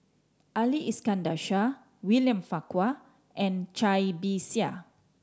Ali Iskandar Shah William Farquhar and Cai Bixia